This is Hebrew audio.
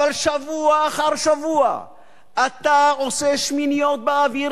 אבל שבוע אחר שבוע אתה עושה שמיניות באוויר